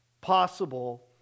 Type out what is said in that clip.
possible